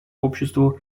обществу